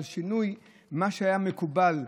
על שינוי מה שהיה מקובל מדור-דור,